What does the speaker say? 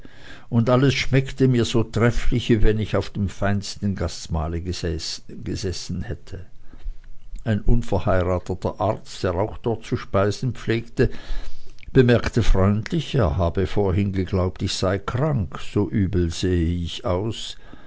und alles schmeckte mir so trefflich wie wenn ich am feinsten gastmahle gesessen hätte ein unverheirateter arzt der auch dort zu speisen pflegte bemerkte freundlich er habe vorhin geglaubt ich sei krank so übel sehe ich aus